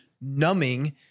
numbing